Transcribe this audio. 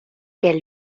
que